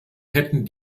hätten